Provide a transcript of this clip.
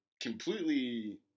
completely